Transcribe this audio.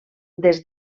des